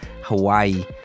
Hawaii